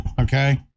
Okay